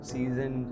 Season